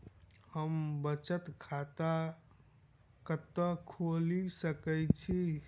हम बचत खाता कतऽ खोलि सकै छी?